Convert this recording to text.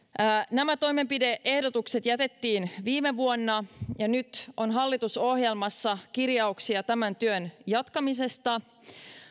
nämä toimenpide ehdotukset jätettiin viime vuonna ja nyt on hallitusohjelmassa kirjauksia tämän työn jatkamisesta